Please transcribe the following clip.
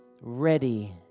ready